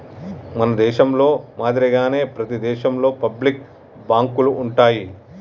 మన దేశంలో మాదిరిగానే ప్రతి దేశంలోను పబ్లిక్ బాంకులు ఉంటాయి